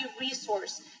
resource